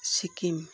Sikkim